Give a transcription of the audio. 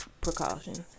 precautions